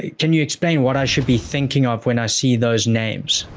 can you explain what i should be thinking of when i see those names?